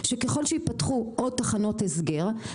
שככל שייפתחו עוד תחנות הסגר,